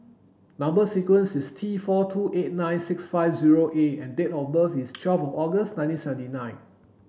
number sequence is T four two eight nine six five zero A and date of birth is twelve August nineteen seventy nine